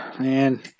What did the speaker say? Man